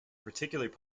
particularly